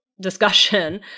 discussion